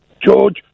George